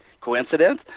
coincidence